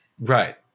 Right